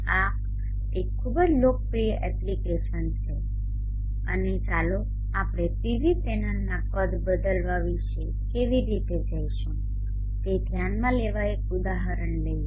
આ એક ખૂબ જ લોકપ્રિય એપ્લિકેશન છે અને ચાલો આપણે PV પેનલના કદ બદલવા વિશે કેવી રીતે જઈશું તે ધ્યાનમાં લેવા એક ઉદાહરણ લઈએ